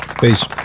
Peace